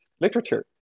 literature